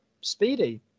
speedy